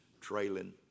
trailing